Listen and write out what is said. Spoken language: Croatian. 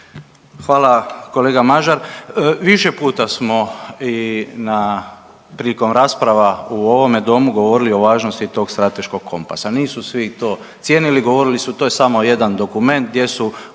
Hvala kolega Mažar. Više puta smo i prilikom rasprava u ovome domu govorili o važnosti tog strateškog kompasa, nisu svi to cijenili. Govorili su to je samo jedan dokument gdje su